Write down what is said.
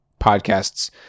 podcasts